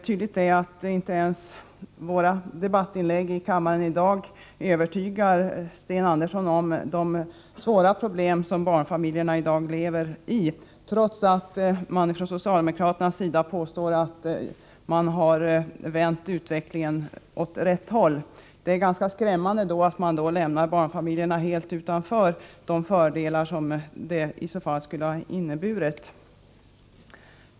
Tydligt är att inte ens våra debattinlägg i kammaren i dag övertygar Sten Andersson om de svåra problem som barnfamiljerna i dag lever med, trots att socialdemokraterna påstår att de vänt utvecklingen åt rätt håll. Det är då skrämmande att man lämnar barnfamiljerna helt utanför de fördelar som detta skulle ha medfört.